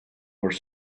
were